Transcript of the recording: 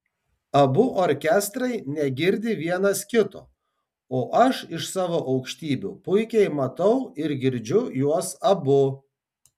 abu orkestrai negirdi vienas kito o aš iš savo aukštybių puikiai matau ir girdžiu juos abu